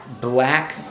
black